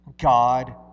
God